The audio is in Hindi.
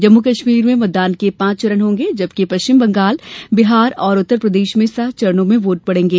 जम्मू कश्मीर में मतदान के पांच चरण होंगे जबकि पश्चिम बंगाल बिहार और उत्तर प्रदेश में सात चरणों में वोट पडेगें